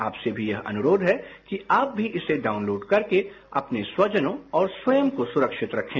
आप से भी यह अनुरोध है आप भी इसे डाउनलोड करके अपने स्वजनों और स्वयं को सुरक्षित रखें